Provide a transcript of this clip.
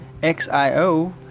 XIO